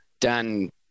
Dan